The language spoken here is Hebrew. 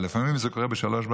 אבל לפעמים זה קורה ב-03:00,